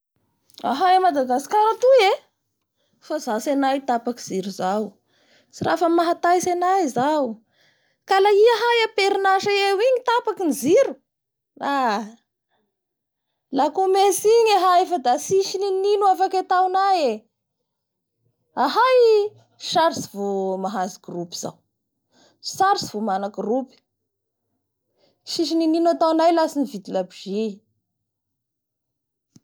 Ahay a madagascar atoy efa zatsy anay tapaky jiro zao tsy raha fa mahataitsy anay zao ka la i ahay aperinasa eo ignytapakay ny jiro, aa haa la ko ome tsingy ahay fa da tsis inonino afaka ataonay e! ahay sarotsy vo mahazo jiro zao, sarotsy vo mana groupe tsis inonino ataonay laha tsy mividy la bougie.